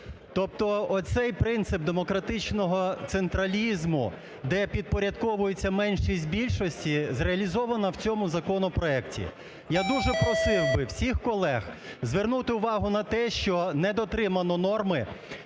Тобто оцей принцип демократичного централізму, де підпорядковується меншість більшості, зреалізовано в цьому законопроекті. Я дуже просив би всіх колег звернути увагу на те, що не дотримано норми